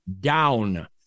down